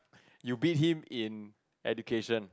you beat him in education